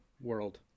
world